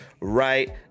right